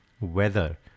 weather